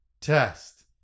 Test